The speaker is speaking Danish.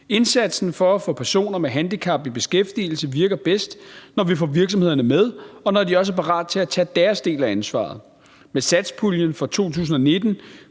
Indsatsen for at få personer med handicap i beskæftigelse virker bedst, når virksomhederne er med og de også er parate til at tage deres del af ansvaret. Med satspuljen for 2019